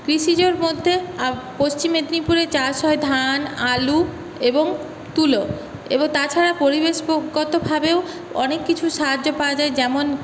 কৃষিজের মধ্যে পশ্চিম মেদিনীপুরে চাষ হয় ধান আলু এবং তুলো এবং তাছাড়া পরিবেশগতভাবেও অনেককিছুর সাহায্য পাওয়া যায় যেমন